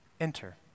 Enter